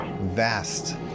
vast